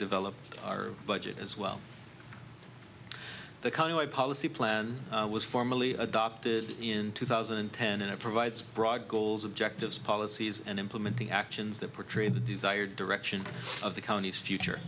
develop our budget as well the conway policy plan was formally adopted in two thousand and ten and it provides broad goals objectives policies and implement the actions that portray the desired direction of the county's future